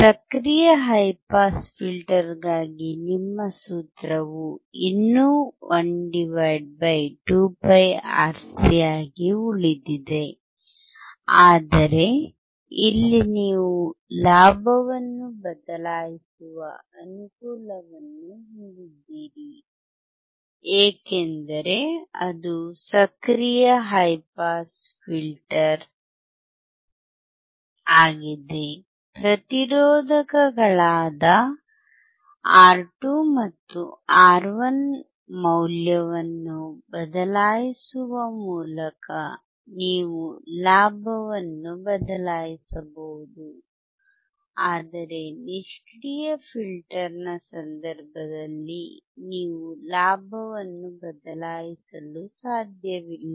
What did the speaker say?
ಸಕ್ರಿಯ high pass filter ಗಾಗಿ ನಿಮ್ಮ ಸೂತ್ರವು ಇನ್ನೂ 1 2πRC ಆಗಿ ಉಳಿದಿದೆ ಆದರೆ ಇಲ್ಲಿ ನೀವು ಲಾಭವನ್ನು ಬದಲಾಯಿಸುವ ಅನುಕೂಲವನ್ನು ಹೊಂದಿದ್ದೀರಿ ಏಕೆಂದರೆ ಅದು ಸಕ್ರಿಯ ಹೈ ಪಾಸ್ ಫಿಲ್ಟರ್ ಆಗಿದೆಪ್ರತಿರೋಧಕಗಳಾದ R2 ಮತ್ತು R1 ಮೌಲ್ಯವನ್ನು ಬದಲಾಯಿಸುವ ಮೂಲಕ ನೀವು ಲಾಭವನ್ನು ಬದಲಾಯಿಸಬಹುದು ಆದರೆ ನಿಷ್ಕ್ರಿಯ ಫಿಲ್ಟರ್ನ ಸಂದರ್ಭದಲ್ಲಿ ನೀವು ಲಾಭವನ್ನು ಬದಲಾಯಿಸಲು ಸಾಧ್ಯವಿಲ್ಲ